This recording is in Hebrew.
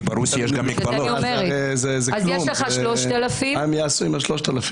מה הם יעשו עם הסכום הזה?